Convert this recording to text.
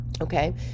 okay